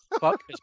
fuck